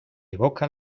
evoca